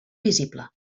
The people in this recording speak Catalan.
visible